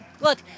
Look